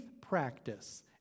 practice